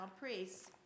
priests